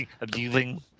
Abusing